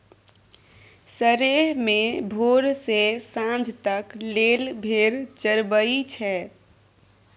सरेह मे भोर सँ सांझ तक लेल भेड़ चरबई छै